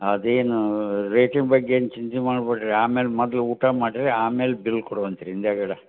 ಅದೇನು ರೇಟಿನ ಬಗ್ಗೆ ಏನು ಚಿಂತಿ ಮಾಡಬೇಡ್ರಿ ಆಮೇಲೆ ಮೊದ್ಲು ಊಟ ಮಾಡಿರಿ ಆಮೇಲೆ ಬಿಲ್ ಕೊಡುವಂತೆ ರೀ ಹಿಂದುಗಡೆ